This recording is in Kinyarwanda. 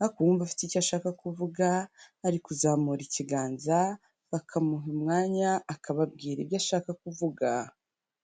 ariko uwumva afite icyo ashaka kuvuga, ari kuzamura ikiganza, bakamuha umwanya akababwira ibyo ashaka kuvuga.